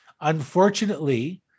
Unfortunately